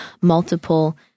multiple